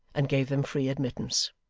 and gave them free admittance.